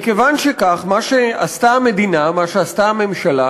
מכיוון שכך, מה שעשתה המדינה, מה שעשתה הממשלה,